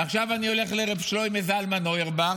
ועכשיו אני הולך לרב שלמה זלמן אוירבך,